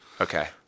Okay